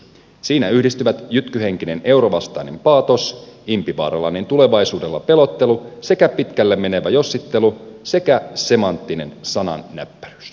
siinä yhdistyvät jytkyhenkinen eurovastainen paatos impivaaralainen tulevaisuudella pelottelu pitkälle menevä jossittelu sekä semanttinen sanan näppäryys